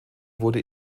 wurde